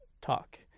talk